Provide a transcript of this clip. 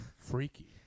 Freaky